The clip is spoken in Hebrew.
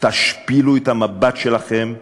תשפילו את המבט שלכם ותתביישו.